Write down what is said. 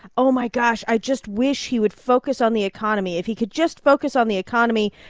oh, my gosh, i just wish he would focus on the economy. if he could just focus on the economy,